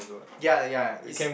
ya ya is